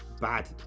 bad